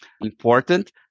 important